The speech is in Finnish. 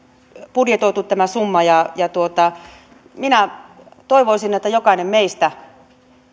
budjetoitu tämä summa minä toivoisin että jokainen meistä